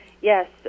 Yes